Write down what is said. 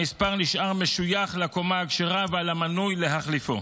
המספר נשאר משויך לקומה הכשרה, ועל המנוי להחליפו.